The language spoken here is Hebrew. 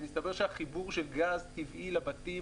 מסתבר שהחיבור של גז טבעי לבתים,